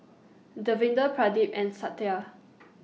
Davinder Pradip and Satya